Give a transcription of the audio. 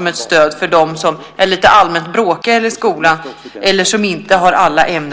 bli ett stöd för sådana som är lite allmänt bråkiga i skolan eller som inte har alla ämnen.